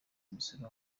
imisoro